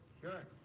Sure